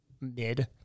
mid